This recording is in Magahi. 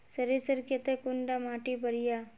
सरीसर केते कुंडा माटी बढ़िया?